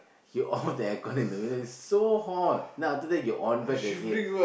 you off the aircon in the middle it's so hot then after that you on back again